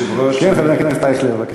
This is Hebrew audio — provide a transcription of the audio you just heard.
כן, חבר הכנסת אייכלר, בבקשה.